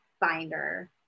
binder